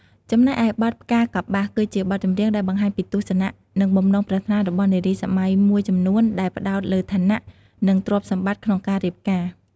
ចំណែកឯបទ ផ្កាកប្បាស គឺជាបទចម្រៀងដែលបង្ហាញពីទស្សនៈ និងបំណងប្រាថ្នារបស់នារីសម័យមួយចំនួនដែលផ្តោតលើឋានៈ និងទ្រព្យសម្បត្តិក្នុងការរៀបការ។